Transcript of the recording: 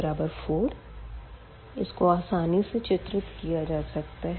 इसको आसानी से चित्रित किया जा सकता है